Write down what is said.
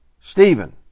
Stephen